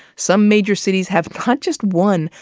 some major cities have not just one,